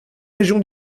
région